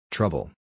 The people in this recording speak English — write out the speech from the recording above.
Trouble